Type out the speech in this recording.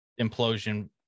implosion